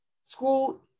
School